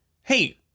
Hey